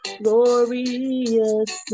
glorious